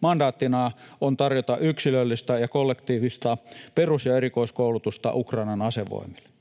Mandaattina on tarjota yksilöllistä ja kollektiivista perus- ja erikoiskoulutusta Ukrainan asevoimille.